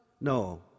no